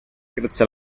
grazie